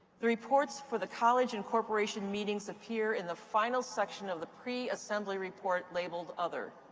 the reports for the college and corporation meetings appear in the final section of the pre-assembly report, labeled, other.